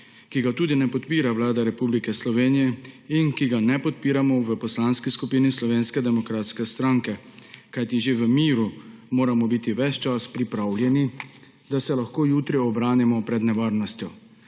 ki ga tudi ne podpira Vlada Republike Slovenije in ki ga ne podpiramo v Poslanski skupini Slovenske demokratske stranke. Kajti že v miru moramo biti ves čas pripravljeni, da se lahko jutri obranimo pred nevarnostjo.